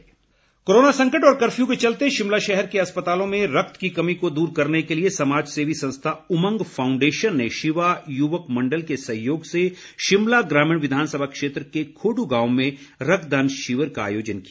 रक्तदान शिविर कोरोना संकट और कर्फ्यू के चलते शिमला शहर के अस्पतालों में रक्त की कमी को दूर करने के लिए समाज सेवी संस्था उमंग फाउंडेशन ने शिवा युवक मण्डल के सहयोग से शिमला ग्रामीण विधानसभा क्षेत्र के खौंड् गांव में रक्तदान शिविर का आयोजन किया